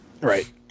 Right